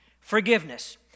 Forgiveness